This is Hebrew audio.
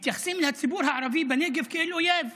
מתייחסים לציבור הערבי בנגב כאל אויב.